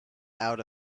out